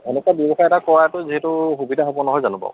এনেকুৱা ব্যৱসায় এটা কৰাটো যিহেতু সুবিধ হ'ব নহয় জানো বাৰু